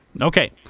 Okay